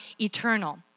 eternal